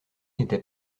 n’était